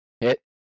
hit